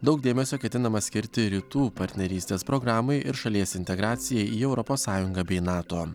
daug dėmesio ketinama skirti rytų partnerystės programai ir šalies integracijai į europos sąjungą bei nato